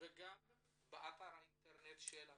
וגם באתר האינטרנט של המשרדים,